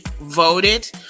voted